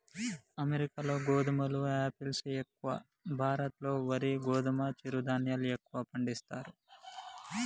అమెరికాలో గోధుమలు ఆపిల్స్ ఎక్కువ, భారత్ లో వరి గోధుమ చిరు ధాన్యాలు ఎక్కువ పండిస్తారు